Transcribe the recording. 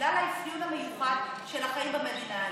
בגלל האפיון המיוחד של החיים במדינה הזאת.